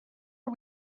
are